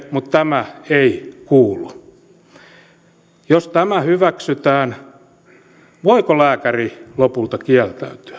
mutta tämä ei kuulu jos tämä hyväksytään voiko lääkäri lopulta kieltäytyä